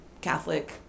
Catholic